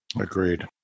Agreed